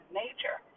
nature